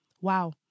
Wow